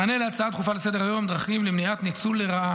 מענה על הצעה דחופה לסדר-היום: דרכים למניעת ניצול לרעה